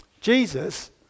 Jesus